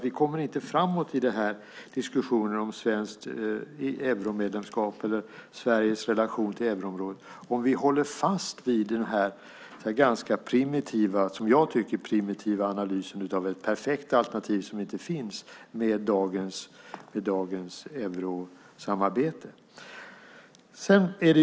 Vi kommer inte framåt i diskussionerna om svenskt euromedlemskap eller om Sveriges relation till euroområdet om vi håller fast vid den här, i mitt tycke ganska primitiva, analys av ett perfekt alternativ till dagens eurosamarbete som inte finns.